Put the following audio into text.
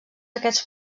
aquests